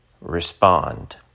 respond